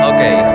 Okay